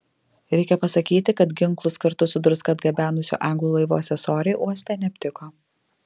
reikia pasakyti kad ginklus kartu su druska atgabenusio anglų laivo asesoriai uoste neaptiko